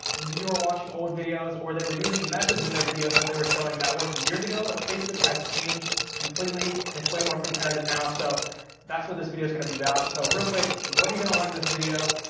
you were watching old videos, or they were using methods in their videos that they were showing that worked years ago, but facebook has changed completely. and it's way more competitive now, so that's what this video's gonna be about. so real quick, what are you gonna learn in this video?